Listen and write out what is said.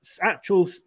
actual